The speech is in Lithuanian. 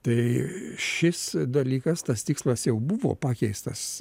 tai šis dalykas tas tikslas jau buvo pakeistas